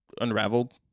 unraveled